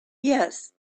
yes